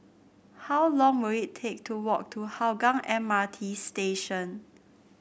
how long will it take to walk to Hougang M R T Station